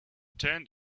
turned